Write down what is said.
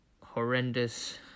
horrendous